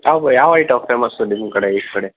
ಯಾವ ಯಾವ item famous ನಿಮ್ಮ ಕಡೆ ಈ ಕಡೆ